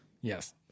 Yes